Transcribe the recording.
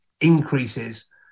increases